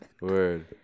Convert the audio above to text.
Word